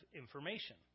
information